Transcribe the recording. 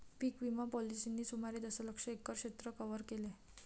पीक विमा पॉलिसींनी सुमारे दशलक्ष एकर क्षेत्र कव्हर केले